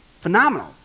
Phenomenal